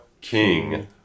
King